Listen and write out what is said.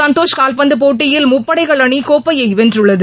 சந்தோஷ் கால்பந்து போட்டியில் முப்படைகள் அணி கோப்பையை வென்றுள்ளது